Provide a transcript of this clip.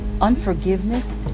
unforgiveness